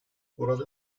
burada